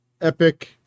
Epic